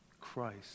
Christ